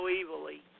evilly